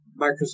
Microsoft